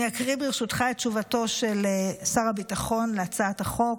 אני אקריא ברשותך את תשובתו של שר הביטחון להצעת החוק: